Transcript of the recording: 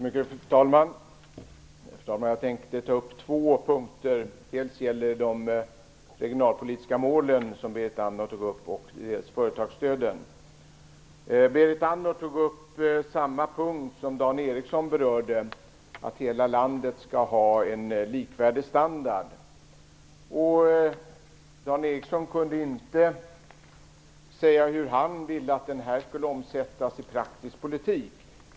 Fru talman! Jag tänkte beröra två punkter, dels de regionalpolitiska målen, dels företagsstöden. Berit Andnor tog upp samma punkt som Dan Ericsson berörde, att hela landet skall ha en likvärdig standard. Dan Ericsson kunde inte säga hur han ville att det skulle omsättas i praktisk politik.